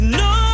no